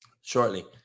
shortly